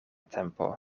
tempo